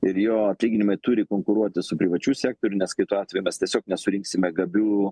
ir jo atlyginimai turi konkuruoti su privačiu sektorium nes kitu atveju mes tiesiog nesurinksime gabių